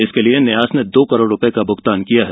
इसके लिए न्यास ने दो करोड रुपये का भुगतान किया है